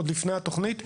עוד לפני התוכנית,